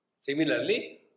Similarly